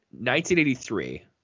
1983